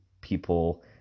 people